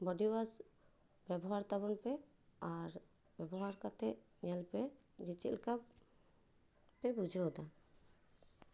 ᱵᱳᱰᱤ ᱣᱟᱥ ᱵᱮᱵᱚᱦᱟᱨ ᱛᱟᱵᱚᱱ ᱯᱮ ᱟᱨ ᱵᱮᱵᱚᱦᱟᱨ ᱠᱟᱛᱮ ᱧᱮᱞ ᱯᱮ ᱡᱮ ᱪᱮᱫ ᱞᱮᱠᱟ ᱯᱮ ᱵᱩᱡᱷᱟᱹᱣ ᱮᱫᱟ